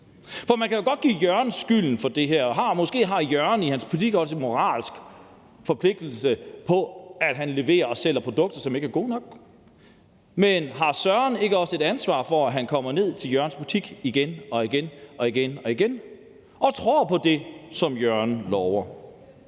Man kan jo godt give Jørgen skylden for det her, og måske har Jørgen også et ansvar, når han leverer og sælger produkter, der ikke er gode nok, men har Søren ikke også et ansvar, når han kommer ned til hans butik igen og igen og tror på det, som Jørgen lover?